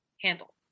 handle